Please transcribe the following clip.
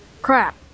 Crap